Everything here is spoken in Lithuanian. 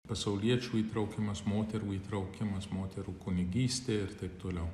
pasauliečių įtraukimas moterų įtraukimas moterų kunigystė ir taip toliau